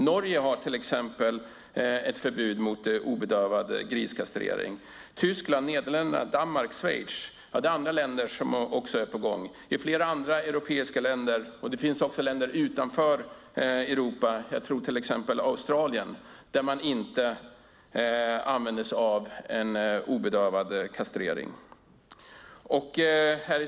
Till exempel har Norge ett förbud mot obedövad griskastrering, och i Tyskland, Nederländerna, Danmark och Schweiz är det på gång. Inte heller länder utanför Europa, till exempel Australien, använder obedövad kastrering.